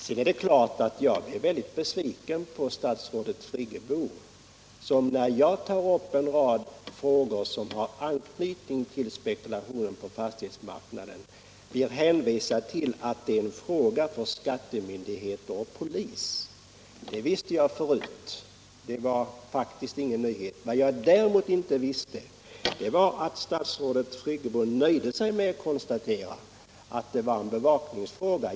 Jag blev vidare självfallet mycket besviken på statsrådet Friggebo, som när jag tar upp en rad åtgärder som har anknytning till spekulation på fastighetsmarknaden hänvisar till att det är en fråga för skattemyndigheter och polis. Det visste jag förut — det var faktiskt ingen nyhet. Vad jag däremot inte visste var att statsrådet Friggebo nöjer sig med att konstatera att det var en bevakningsfråga.